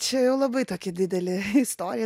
čia jau labai tokia didelė istorija